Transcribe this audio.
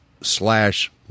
slash